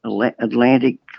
Atlantic